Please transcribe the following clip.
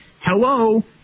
hello